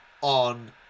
on